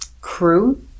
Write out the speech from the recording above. crew